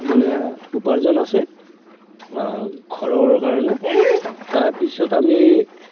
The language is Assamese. মানে উপাৰ্জন আছে ঘৰৰ কাৰণে তাৰপিছত আমি